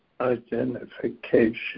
identification